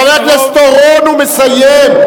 חבר הכנסת אורון, הוא מסיים.